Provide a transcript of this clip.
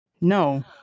No